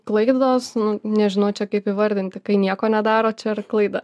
klaidos nu nežinau čia kaip įvardinti kai nieko nedaro čia ar klaida